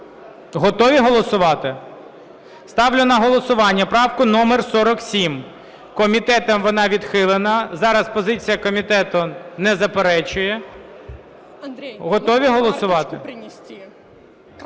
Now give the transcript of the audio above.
Готові голосувати? Ставлю на голосування правку номер 47. Комітетом вона відхилена. Зараз позиція комітету. Не заперечує. Готові голосувати?